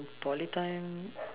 poly time